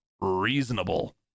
reasonable